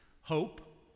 hope